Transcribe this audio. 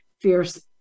fierce